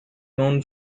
known